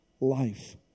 life